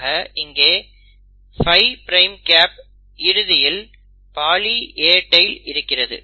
ஆக இங்கே 5 prime gap இறுதியில் பாலி A டெய்ல் இருக்கிறது